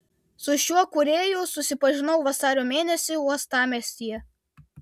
su šiuo kūrėju susipažinau vasario mėnesį uostamiestyje